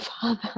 father